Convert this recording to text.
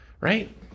right